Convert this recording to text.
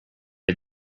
did